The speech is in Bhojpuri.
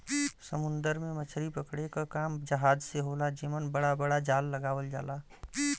समुंदर में मछरी पकड़े क काम जहाज से होला जेमन बड़ा बड़ा जाल लगावल जाला